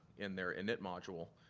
in their init module,